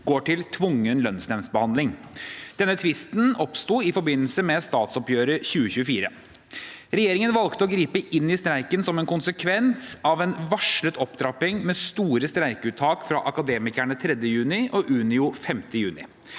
går til tvungen lønnsnemndbehandling. Denne tvisten oppsto i forbindelse med statsoppgjøret 2024. Regjeringen valgte å gripe inn i streiken som en konsekvens av en varslet opptrapping med store streikeuttak fra Akademikerne 3. juni og Unio 5. juni.